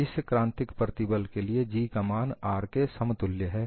इस क्रांतिक प्रतिबल के लिए G का मान R के समतुल्य है